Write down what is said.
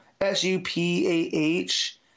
S-U-P-A-H